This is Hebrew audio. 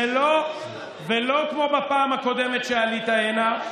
ולא כמו בפעם הקודמת שעלית הנה.